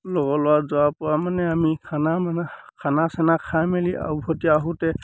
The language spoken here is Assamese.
লগৰ ল'ৰা যোৱাৰপৰা মানে আমি খানা মানে খানা চানা খাই মেলি আৰু ওভতি আহোঁতে